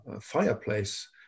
fireplace